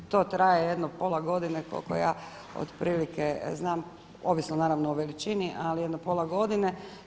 To traje jedno pola godine koliko ja otprilike znam ovisno naravno o veličini, ali jedno pola godine.